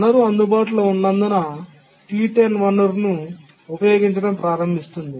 వనరు అందుబాటులో ఉన్నందున T10 వనరును ఉపయోగించడం ప్రారంభిస్తుంది